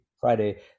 Friday